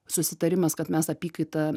susitarimas kad mes apykaitą